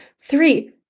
Three